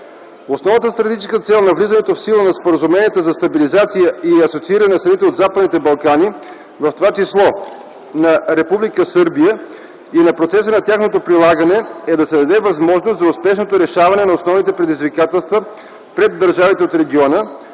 Основната стратегическа цел на влизането в сила на Споразумението за стабилизация и асоцииране на страните от Западните Балкани, в това число на Република Сърбия, и на процеса на тяхното прилагане, е да се даде възможност за успешното решаване на основните предизвикателства пред държавите от региона,